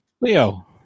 Leo